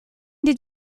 did